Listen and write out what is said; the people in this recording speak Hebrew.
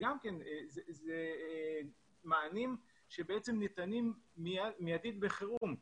גם אלה מענים שניתנים מידית בחירום.